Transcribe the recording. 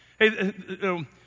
Hey